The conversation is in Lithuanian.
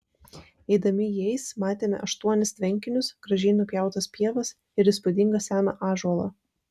eidami jais matėme aštuonis tvenkinius gražiai nupjautas pievas ir įspūdingą seną ąžuolą